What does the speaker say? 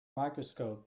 microscope